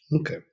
Okay